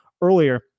earlier